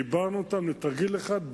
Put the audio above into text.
חיברנו אותם לתרגיל אחד,